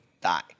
die